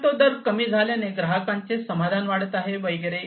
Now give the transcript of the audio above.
तर तो दर कमी झाल्याने ग्राहकांचे समाधान वाढत आहे वगैरे